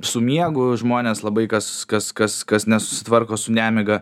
su miegu žmones labai kas kas kas kas nesusitvarko su nemiga